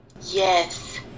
Yes